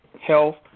health